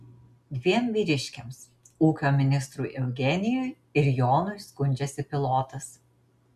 dviem vyriškiams ūkio ministrui eugenijui ir jonui skundžiasi pilotas